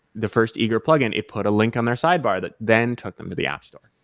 the first eager plug-in, it put a link on their side bar that then took them to the app store.